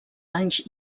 anys